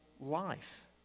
life